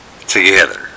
together